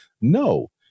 No